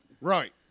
Right